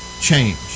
change